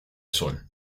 sol